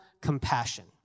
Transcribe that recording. compassion